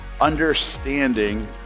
understanding